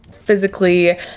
physically